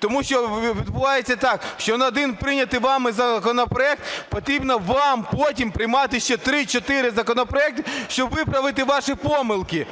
тому що відбувається так, що на один прийнятий вами законопроект потрібно вам потім приймати ще 3-4 законопроекти, щоб виправити ваші помилки.